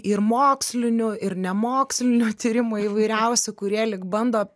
ir mokslinių ir nemokslinių tyrimų įvairiausių kurie lyg bando